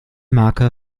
marke